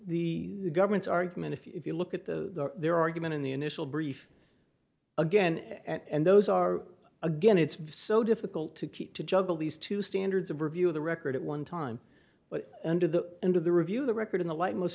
the government's argument if you look at the their argument in the initial brief again and those are again it's been so difficult to keep to juggle these two standards of review of the record at one time but under the end of the review of the record in the light most